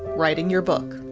writing your book.